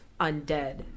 undead